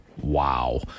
wow